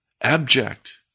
abject